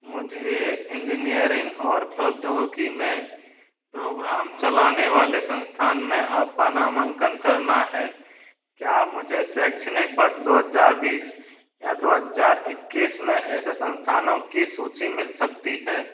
मुझे इंजीनियरिंग और प्रौद्योगिकी में प्रोग्राम चलाने वाले संस्थान में आपका नामांकन करना है क्या मुझे शैक्षणिक वर्ष दो हज़ार बीस या दो हज़ार इक्कीस में ऐसे संस्थानों की सूचि मिल सकती है